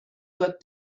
that